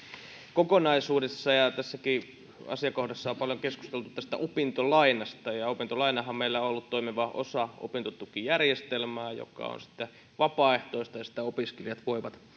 kokonaisuudessa ja tässäkin asiakohdassa on paljon keskusteltu opintolainasta opintolainahan meillä on ollut toimiva osa opintotukijärjestelmää ja se on vapaaehtoista ja sitä opiskelijat voivat